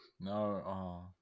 No